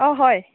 হয়